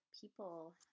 people